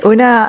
Una